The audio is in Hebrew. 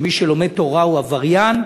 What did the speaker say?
שמי שלומד תורה הוא עבריין,